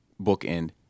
bookend